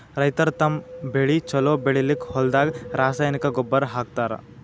ರೈತರ್ ತಮ್ಮ್ ಬೆಳಿ ಛಲೋ ಬೆಳಿಲಿಕ್ಕ್ ಹೊಲ್ದಾಗ ರಾಸಾಯನಿಕ್ ಗೊಬ್ಬರ್ ಹಾಕ್ತಾರ್